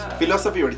philosophy